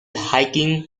hiking